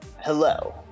Hello